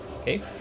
okay